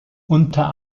unter